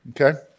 Okay